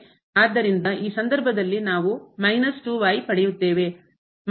ಆದ್ದರಿಂದ ಈ ಸಂದರ್ಭದಲ್ಲಿ ನಾವು ಪಡೆಯುತ್ತೇವೆ